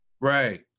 Right